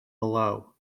below